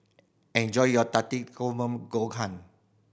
enjoy your Takikomi gohan